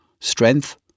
Strength